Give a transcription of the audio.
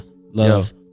Love